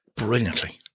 brilliantly